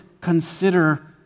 consider